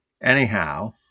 Anyhow